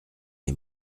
est